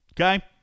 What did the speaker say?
okay